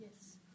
Yes